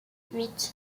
huit